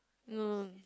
no